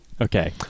Okay